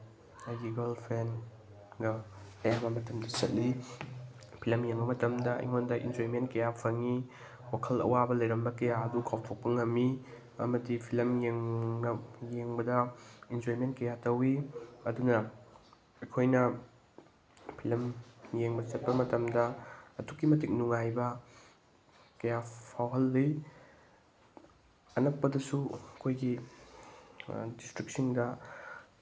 ꯑꯩꯒꯤ ꯒꯔꯜ ꯐ꯭ꯔꯦꯟꯒ ꯑꯌꯥꯝꯕ ꯃꯇꯝꯗ ꯆꯠꯂꯤ ꯐꯤꯂꯝ ꯌꯦꯡꯕ ꯃꯇꯝꯗ ꯑꯩꯉꯣꯟꯗ ꯏꯟꯖꯣꯏꯃꯦꯟ ꯀꯌꯥ ꯐꯪꯉꯤ ꯋꯥꯈꯜ ꯑꯋꯥꯕ ꯂꯩꯔꯝꯕ ꯀꯌꯥ ꯑꯗꯨ ꯀꯥꯎꯊꯣꯛꯄ ꯉꯝꯃꯤ ꯑꯃꯗꯤ ꯐꯤꯂꯝ ꯌꯦꯡꯕꯗ ꯏꯟꯖꯣꯏꯃꯦꯟ ꯀꯌꯥ ꯇꯧꯋꯤ ꯑꯗꯨꯅ ꯑꯩꯈꯣꯏꯅ ꯐꯤꯂꯝ ꯌꯦꯡꯕ ꯆꯠꯄ ꯃꯇꯝꯗ ꯑꯗꯨꯛꯀꯤ ꯃꯇꯤꯛ ꯅꯨꯡꯉꯥꯏꯕ ꯀꯌꯥ ꯐꯥꯎꯍꯜꯂꯤ ꯑꯅꯛꯄꯗꯁꯨ ꯑꯩꯈꯣꯏꯒꯤ ꯗꯤꯁꯇ꯭ꯔꯤꯛꯁꯤꯡꯗ